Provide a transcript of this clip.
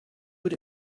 what